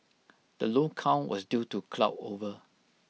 the low count was due to cloud over